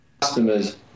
customers